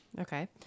Okay